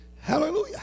hallelujah